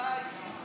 הודעה אישית.